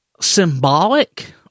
symbolic